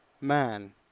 man